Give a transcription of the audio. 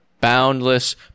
boundless